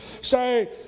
say